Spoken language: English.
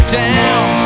down